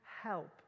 help